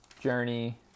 Journey